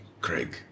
Craig